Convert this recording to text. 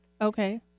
Okay